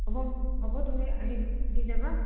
হ'ব হ'ব তুমি আহি দি যাবা